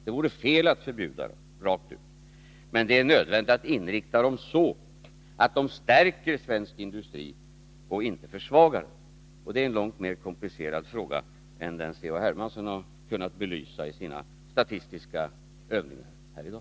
Det vore fel att rent ut förbjuda dem, men det är nödvändigt att inrikta dem så att de stärker svensk industri och inte försvagar den. Det är en långt mer komplicerad fråga än den C.-H. Hermansson har kunnat belysa i sina statistiska övningar här i dag.